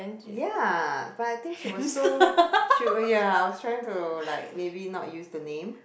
ya but I think she was so she w~ ya I was trying to like maybe not use the name